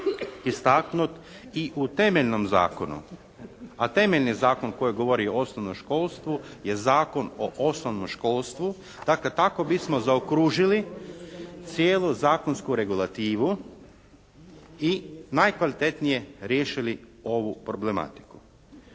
istaknut i u temeljnom zakonu. A temeljni zakon koji govori o osnovnom školstvu je Zakon o osnovnom školstvu. Dakle tako bismo zaokružili cijelu zakonsku regulativu i najkvalitetnije riješili ovu problematiku.